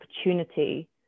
opportunity